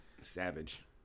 Savage